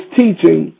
teaching